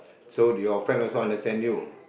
so your friend also understand you